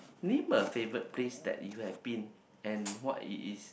name a favourite that you have place and what it is